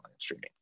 streaming